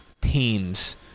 teams